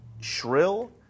shrill